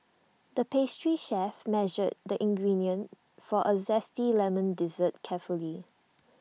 the pastry chef measured the ingredients for A Zesty Lemon Dessert carefully